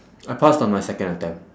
I passed on my second attempt